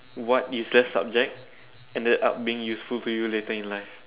what useless subject ended up being useful to you later in life